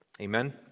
Amen